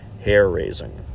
hair-raising